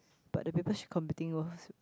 but the people she competing was